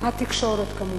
התקשורת כמובן.